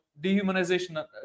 dehumanization